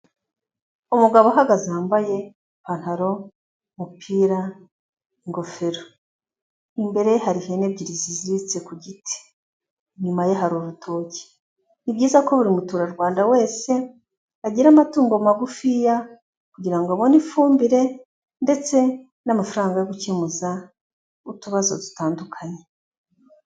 Umugabo uhagaze wambaye ipantaro, umupira, ingofero, imbere ye hari ihene ebyiri ziziritse ku giti, inyuma ye hari urutoki, ni byiza ko buri muturarwanda wese agira amatungo magufiya kugira ngo abone ifumbire ndetse n'amafaranga yo gukemuza utubazo dutandukanye.